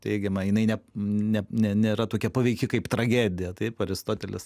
teigiama jinai ne ne ne nėra tokia paveiki kaip tragedija taip aristotelis